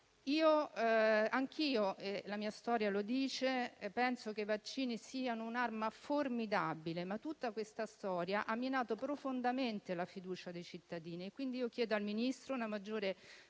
Anch'io - la mia storia lo dice - penso che i vaccini siano un'arma formidabile, ma tutta questa storia ha minato profondamente la fiducia dei cittadini e quindi chiedo al Ministro una maggiore